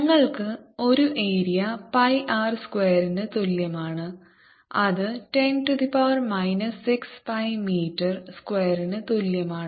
ഞങ്ങൾക്ക് ഒരു area pi r സ്ക്വയറിന് തുല്യമാണ് അത് 10 6 pi മീറ്റർ സ്ക്വയറിന് തുല്യമാണ്